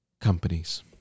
companies